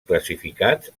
classificats